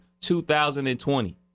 2020